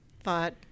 thought